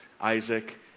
Isaac